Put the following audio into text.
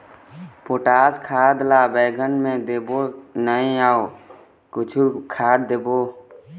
Potash खाद ला बैंगन मे देबो नई या अऊ कुछू खाद देबो?